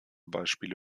beispiele